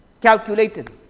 calculated